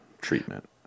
treatment